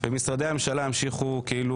ולא נאפשר מצב שמשרדי הממשלה ימשיכו כאילו